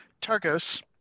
targos